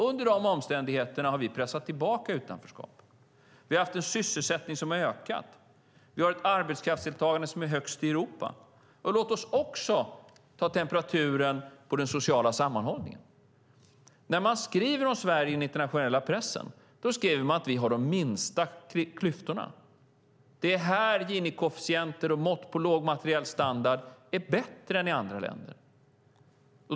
Under dessa omständigheter har vi pressat tillbaka utanförskapet. Vi har haft en sysselsättning som har ökat. Vi har ett arbetskraftsdeltagande som är högst i Europa. Låt oss också ta temperaturen på den sociala sammanhållningen. När man skriver om Sverige i den internationella pressen skriver man att vi har de minsta klyftorna. Det är här Gini-koefficienter och mått på låg materiell standard är bättre än i andra länder.